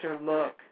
look